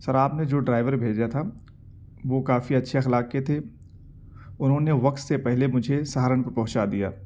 سر آپ نے جو ڈرائیور بھیجا تھا وہ کافی اچھے اخلاق کے تھے انھوں نے وقت سے پہلے مجھے سہارنپور پہنچا دیا